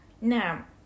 Now